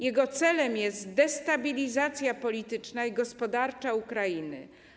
Jego celem jest destabilizacja polityczna i gospodarcza Ukrainy.